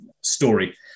story